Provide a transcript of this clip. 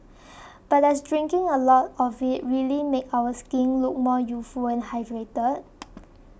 but does drinking a lot of it really make our skin look more youthful and hydrated